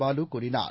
பாலு கூறினார்